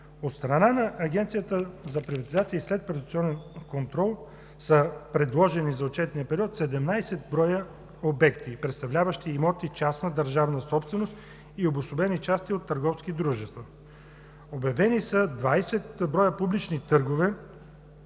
От страна на Агенцията за приватизация и следприватизационен контрол са предложени за отчетния период 17 броя обекти, представляващи имоти частна държавна собственост и обособени части от търговски дружества. Обявени са 20 броя публични търгове